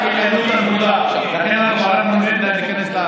השארתם להם משהו?